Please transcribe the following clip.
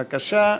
בבקשה,